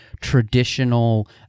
traditional